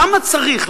למה צריך?